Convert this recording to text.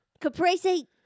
caprese